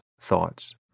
thoughts